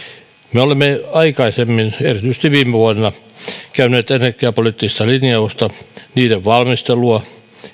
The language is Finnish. me olemme aikaisemmin erityisesti viime vuonna käyneet läpi energiapoliittista lin jausta sen valmistelua